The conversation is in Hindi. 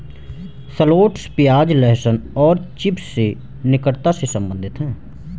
शलोट्स प्याज, लहसुन और चिव्स से निकटता से संबंधित है